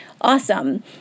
awesome